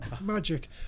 magic